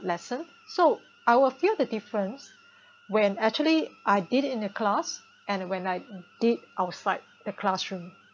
lesson so I will feel the difference when actually I did it in the class and when I did outside the classroom